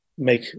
make